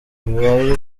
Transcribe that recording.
bibaye